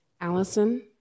Allison